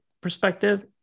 perspective